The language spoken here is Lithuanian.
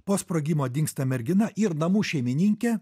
po sprogimo dingsta mergina ir namų šeimininkė